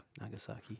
nagasaki